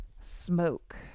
Smoke